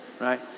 right